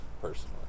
personally